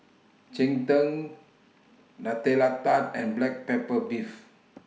Cheng Tng Nutella Tart and Black Pepper Beef